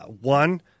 One